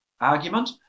argument